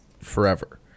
forever